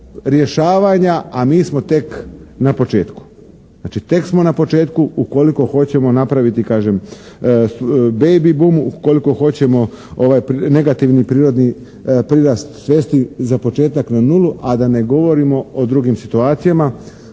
rješavanja a mi smo tek na početku. Znači, tek smo na početku ukoliko hoćemo napraviti kažem "baby boom", ukoliko negativni prirodni prirast svesti za početak na nulu a da ne govorimo o drugim situacijama.